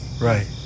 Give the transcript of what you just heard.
Right